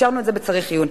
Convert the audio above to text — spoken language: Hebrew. השארנו את זה בצריך עיון.